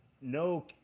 no